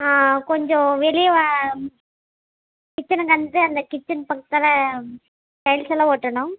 கொஞ்சம் வெளியே வ கிச்சனுங்கந்து அந்த கிச்சன் பக்கத்தல டைல்ஸ் எல்லாம் ஒட்டணும்